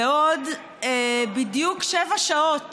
בעוד בדיוק שבע שעות,